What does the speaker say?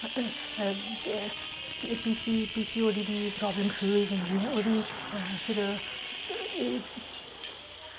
PC पीसी ओह्दी problem शुरू होई जंदी ऐ ओह्दी फिर एह्